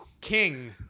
king